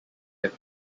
have